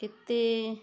କେତେ